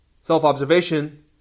Self-observation